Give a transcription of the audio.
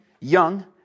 young